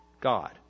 God